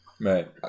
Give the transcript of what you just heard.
Right